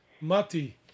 Mati